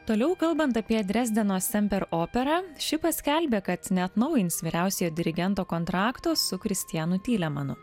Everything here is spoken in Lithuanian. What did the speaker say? toliau kalbant apie drezdeno semper operą ši paskelbė kad neatnaujins vyriausiojo dirigento kontrakto su kristianu tylemanu